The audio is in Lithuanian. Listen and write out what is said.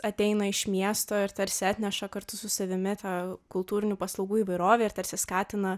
ateina iš miesto ir tarsi atneša kartu su savimi tą kultūrinių paslaugų įvairovę ir tarsi skatina